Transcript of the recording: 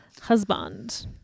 husband